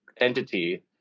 entity